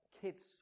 kids